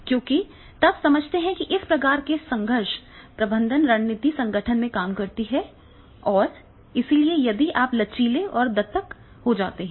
क्योंकि आप तब समझते हैं कि इस प्रकार की संघर्ष प्रबंधन रणनीति संगठन में काम करती है और इसलिए यदि आप लचीले और दत्तक हो जाते हैं